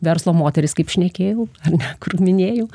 verslo moterys kaip šnekėjau ar ne kur minėjau